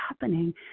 happening